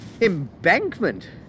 embankment